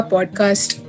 Podcast